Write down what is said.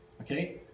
Okay